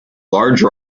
large